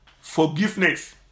forgiveness